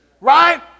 right